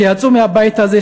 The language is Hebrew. שיצאו מהבית הזה,